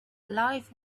live